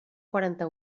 quaranta